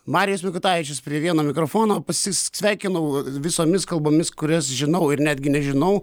marijus mikutavičius prie vieno mikrofono pasisveikinau visomis kalbomis kurias žinau ir netgi nežinau